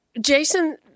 Jason